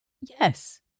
Yes